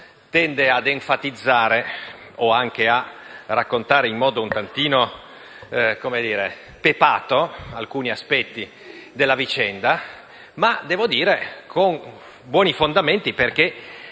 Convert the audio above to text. tende a enfatizzare o a raccontare in modo un po' pepato alcuni aspetti della vicenda, ma devo dire non con buoni fondamenti, perché